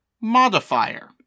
modifier